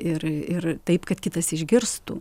ir ir taip kad kitas išgirstų